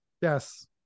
Yes